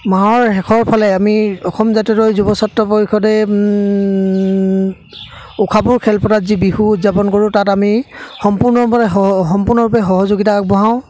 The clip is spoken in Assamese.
মাহৰ শেষৰ ফালে আমি অসম জাতিয়তাবাদী যুৱ ছাত্ৰ পৰিষদে ঊষাপুৰ খেলপথাৰত যি বিহু উদযাপন কৰোঁ তাত আমি সম্পূৰ্ণ সম্পূৰ্ণৰূপে সহযোগিতা আগবঢ়াওঁ